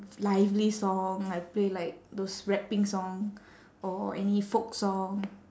lively song like play like those rapping song or any folk song